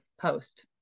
post